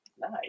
nice